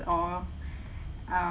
or